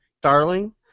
darling